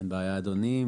אין בעיה אדוני.